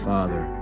Father